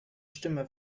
stimme